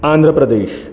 Andhra Pradesh